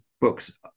books